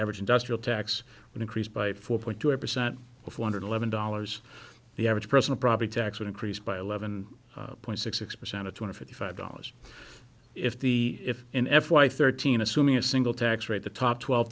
average industrial tax would increase by four point two percent of hundred eleven dollars the average person probably tax would increase by eleven point six percent to two hundred fifty five dollars if the if in f y thirteen assuming a single tax rate the top twelve